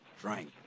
Drank